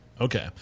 Okay